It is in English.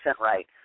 right